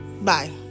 bye